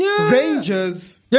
Rangers